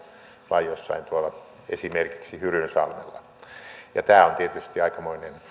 vai esimerkiksi hyrynsalmella tämä on tietysti aikamoinen